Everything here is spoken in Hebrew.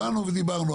באנו ודיברנו,